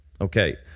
Okay